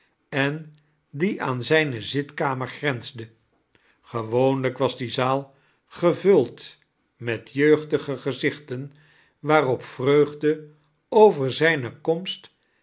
en die aan zijne zitkamer grensde g-ewoonlijk was die zaal gevuld met jeugdige gezichten waarop vreugde over zijne komst